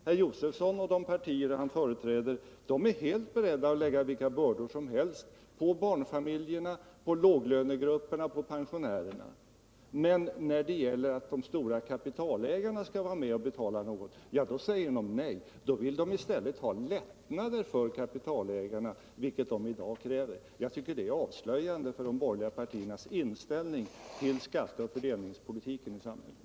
Herr Josefson och de partier han företräder är helt beredda att lägga vilka bördor som helst på barnfamiljerna, på låglönegrupperna och på pensionärerna, men när det gäller att de stora kapitalägarna skall vara med och betala någonting säger de nej: då vill de i stället ha lättnader för kapitalägarna, vilket de i dag kräver. Jag tycker detta är avslöjande för de borgerliga partiernas inställning till skatte och fördelningspolitiken i samhället!